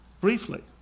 Briefly